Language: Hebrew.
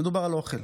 מדובר על אוכל.